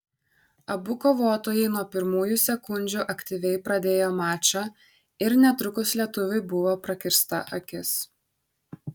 abu kovotojai nuo pirmųjų sekundžių aktyviai pradėjo mačą ir netrukus lietuviui buvo prakirsta akis